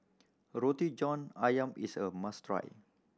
Roti John Ayam is a must try